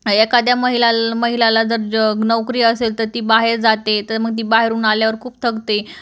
एखाद्या महिला महिलाला जर नोकरी असेल तर ती बाहेर जाते तर मग ती बाहेरून आल्यावर खूप थकते